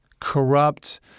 Corrupt